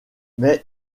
mais